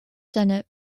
senate